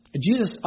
Jesus